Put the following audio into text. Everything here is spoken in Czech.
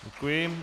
Děkuji.